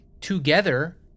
together